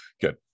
Good